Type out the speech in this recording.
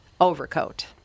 overcoat